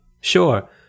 sure